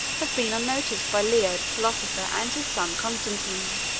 have been unnoticed by leo the philosopher, and his son constantine.